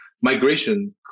migration